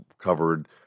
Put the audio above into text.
covered